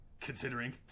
Considering